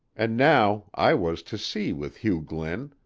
and now i was to sea with hugh glynn,